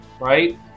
right